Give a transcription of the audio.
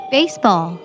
Baseball